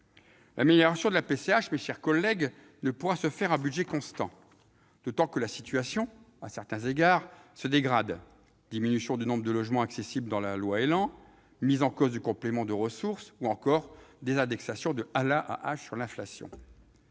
L'amélioration de la PCH, mes chers collègues, ne pourra se faire à budget constant, d'autant que la situation, à certains égards, se dégrade : diminution du nombre de logements accessibles dans la loi ÉLAN ; mise en cause du complément de ressources ou encore désindexation de l'AAH par rapport à l'inflation.